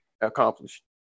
accomplished